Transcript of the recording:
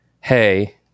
hey